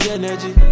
energy